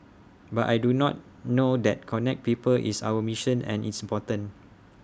but I do not know that connect people is our mission and it's important